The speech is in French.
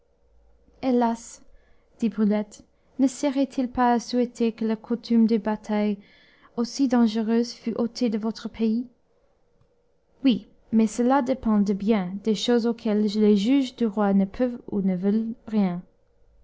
brulette ne serait-il pas à souhaiter que la coutume de batailles aussi dangereuses fût ôtée de votre pays oui mais cela dépend de bien des choses auxquelles les juges du roi ne peuvent ou ne veulent rien